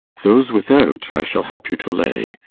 those without i shall help you to lay.